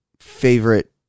favorite